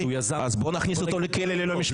אז בוא נכניס אותו לכלא ללא משפט.